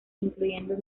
incluyendo